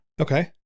Okay